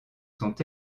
sont